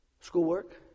Schoolwork